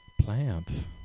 Plants